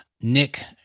Nick